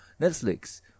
Netflix